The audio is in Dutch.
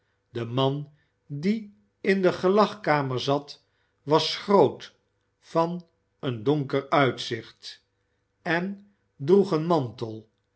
de man die in de gelagkamer zat was groot van een donker uitzicht en droeg een mantel